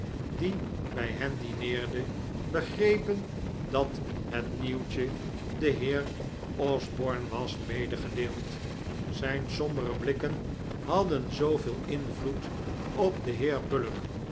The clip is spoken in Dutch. die bij hen dineerde begrepen clat het nieuwtje den heer osborne was medegedeeld zijn sombere blikken hadden zooveel invloed op den heer bullock